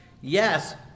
Yes